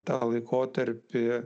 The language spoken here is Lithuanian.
tą laikotarpį